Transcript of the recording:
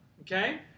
Okay